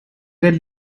êtes